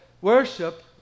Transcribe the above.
worship